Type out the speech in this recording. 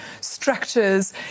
structures